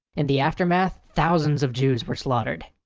in the aftermath thousands of jews were slaughtered.